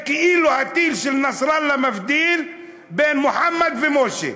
כאילו הטיל של נסראללה מבדיל בין מוחמד לבין משה.